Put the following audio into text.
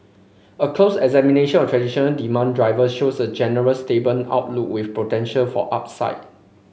a closer examination of traditional demand driver shows a generally stable outlook with potential for upside